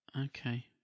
Okay